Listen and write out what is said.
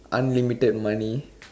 unlimited money